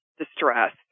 distress